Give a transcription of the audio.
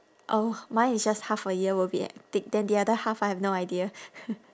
oh mine is just half a year will be hectic then the other half I have no idea